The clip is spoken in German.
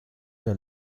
der